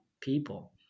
people